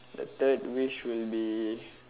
the third wish will be